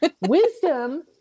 Wisdom